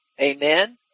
amen